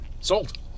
Sold